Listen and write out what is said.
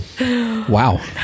Wow